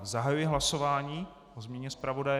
Zahajuji hlasování o změně zpravodaje.